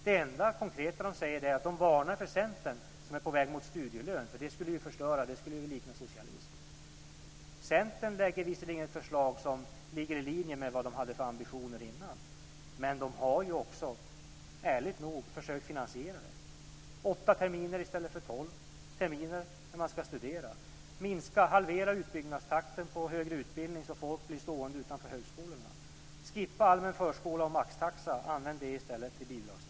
Det enda konkreta de säger är att de varnar för Centern som är på väg mot en studielön. Det skulle ju förstöra och likna socialism. Centern lägger visserligen fram ett förslag som ligger i linje med de ambitioner de hade innan, och de har ju också ärligt nog försökt att finansiera det. Deras förslag handlar om åtta terminer i stället för tolv terminer när man ska studera. Man vill minska, halvera, utbyggnadstakten i den högre utbildningen så folk blir stående utanför högskolorna. Man vill skippa allmän förskola och maxtaxa och använda dessa pengar till bidragsdelen i stället.